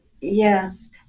Yes